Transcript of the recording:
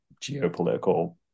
geopolitical